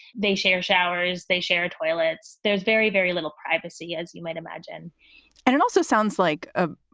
they share showers. they share toilets. there's very, very little privacy, as you might imagine and it also sounds like a